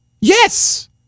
Yes